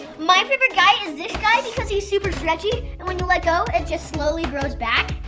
my favorite guy is this guy, because he's super stretchy, and when you let go, it just slowly grows back!